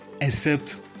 accept